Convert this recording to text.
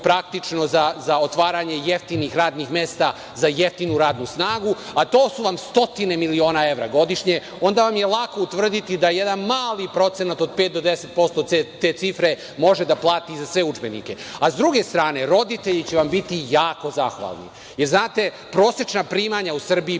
praktično za otvaranje jeftinih radnih mesta za jeftinu radnu snagu, a to su vam stotine miliona evra godišnje, onda vam je lako utvrditi da je jedan mali procenat od 5 do 10% te cifre može da plati za sve udžbenike.S druge strane roditelji će vam biti jako zahvalni, jer znate, prosečna primanja u Srbiji